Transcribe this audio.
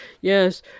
Yes